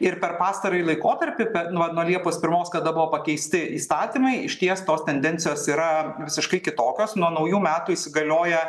ir per pastarąjį laikotarpį nuo nuo liepos pirmos kada buvo pakeisti įstatymai išties tos tendencijos yra visiškai kitokios nuo naujų metų įsigalioja